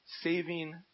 saving